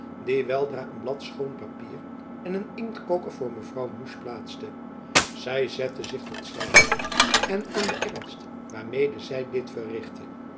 die weldra een blad schoon papier en een inktkoker voor mevrouw musch plaatste zy zette zich tot schrijven en aan den ernst waarmede zy dit verrichtte